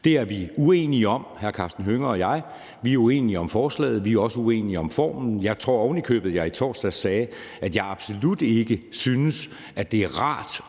Det er hr. Karsten Hønge og jeg uenige om; vi er uenige om forslaget, og vi er også uenige om formen. Jeg tror ovenikøbet, jeg i torsdags sagde, at jeg absolut ikke synes, at det er rart